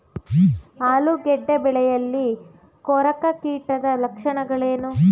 ಆಲೂಗೆಡ್ಡೆ ಬೆಳೆಯಲ್ಲಿ ಕೊರಕ ಕೀಟದ ಲಕ್ಷಣವೇನು?